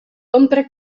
compra